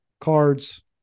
cards